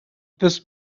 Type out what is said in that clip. this